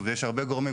יש הרבה גורמים,